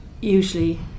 usually